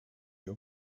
your